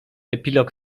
epilog